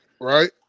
right